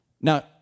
Now